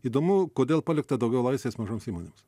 įdomu kodėl palikta daugiau laisvės mažoms įmonėms